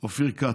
אופיר כץ.